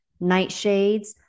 nightshades